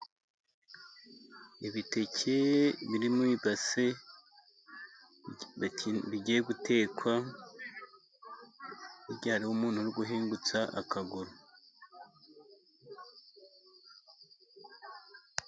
Ibiteke biri mu ibase bigiye gutekwa, hirya hariho umuntu uri guhingutsa akaguru.